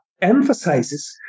emphasizes